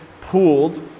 pooled